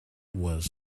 was